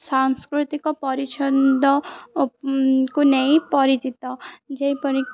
ସାଂସ୍କୃତିକ ପରିଛନ୍ଦକୁ ନେଇ ପରିଚିତ ଯେପରି